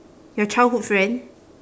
your childhood friend